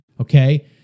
okay